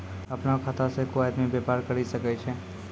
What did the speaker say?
अपनो खाता से कोय आदमी बेपार करि सकै छै